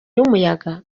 y’umuyaga